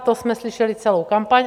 To jsme slyšeli celou kampaň.